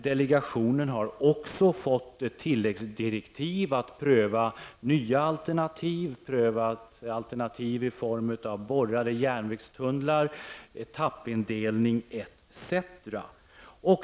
Den har också fått tilläggsdirektiv att pröva nya alternativ i form av borrade järnvägstunnlar, etappindelning etc.